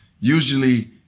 usually